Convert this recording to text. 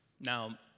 Now